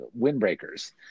windbreakers